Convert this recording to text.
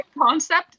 concept